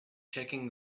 checking